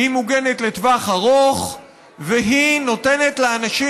היא מוגנת לטווח ארוך והיא נותנת לאנשים